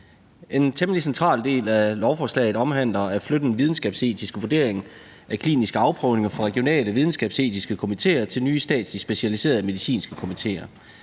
En temmelig central del af lovforslaget handler om at flytte den videnskabsetiske vurdering af kliniske afprøvninger fra regionale videnskabsetiske komitéer til nye statslige specialiserede medicinske komitéer.